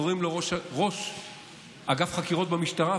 קוראים לו ראש אגף חקירות במשטרה,